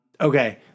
Okay